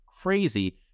crazy